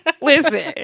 Listen